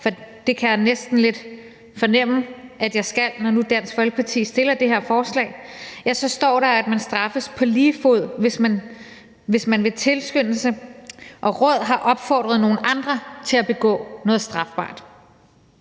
for det kan jeg næsten lidt fornemme jeg skal, når nu Dansk Folkeparti stiller det her forslag – ja, så står der, at man straffes på lige fod, hvis man ved tilskyndelse og råd har opfordret nogle andre til at begå noget strafbart.